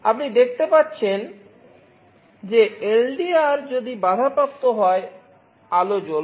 আপনি দেখতে পাচ্ছেন যে LDR যদি বাধাপ্রাপ্ত হয় আলো জ্বলবে